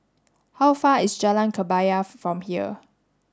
how far away is Jalan Kebaya from here